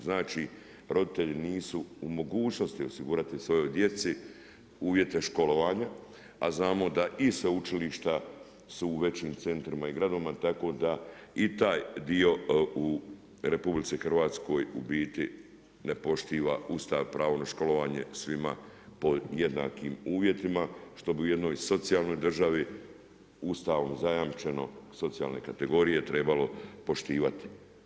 Znači, roditelji nisu u mogućnosti osigurati svojoj djeci uvjete školovanja a znamo da i sveučilišta su u većim centrima i gradovima tako da i taj dio u Republici Hrvatskoj u biti ne poštiva Ustav, pravo na školovanje svima pod jednakim uvjetima što bi u jednoj socijalnoj državi ustavom zajamčeno socijalne kategorije trebalo poštivati.